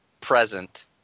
present